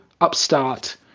upstart